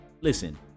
Listen